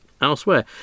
elsewhere